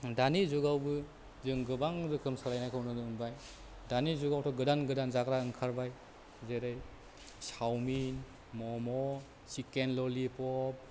दानि जुगावबो जों गोबां रोखोम सोलायनायखौ नुनो मोनबाय दानि जुगावथ' गोदान गोदान जाग्रा ओंखारबाय जेरै चावमिन म'म' चिकेन ललिप'प